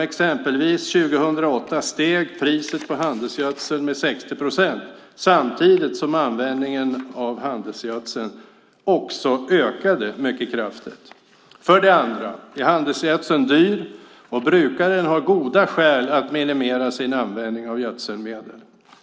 Exempelvis steg priset på handelsgödsel år 2008 med 60 procent samtidigt som användningen av handelsgödsel också ökade mycket kraftigt. För det andra är handelsgödseln dyr, och brukaren har goda skäl att minimera sin användning av gödselmedel.